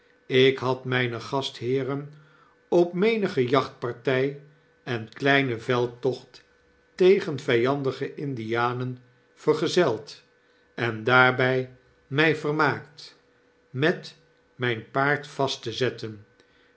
ik had myne gastheeren op menige jachtparty en kleinen veldtocht tegen vyandige indianen vergiezeld en daarby mij vermaakt met hyn paard vast te zetten